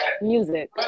music